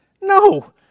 No